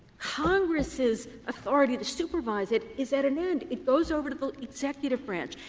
congress's authority to supervise it is at an end. it goes over to the executive branch.